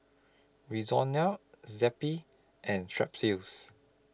Zappy and Strepsils